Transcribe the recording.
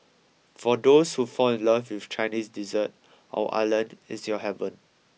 for those who fall in love with Chinese dessert our island is your heaven